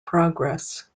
progress